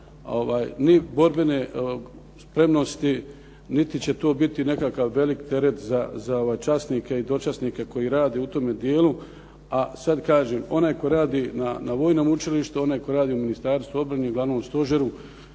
ni borbene spremnosti, niti će to biti nekakav velik teret za časnike i dočasnike koji rade u tome dijelu. A sad kažem onaj tko radi na vojnom učilištu, onaj tko radi u Ministarstvu obrane i u glavnom stožeru